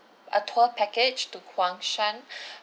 a tour package to huang shan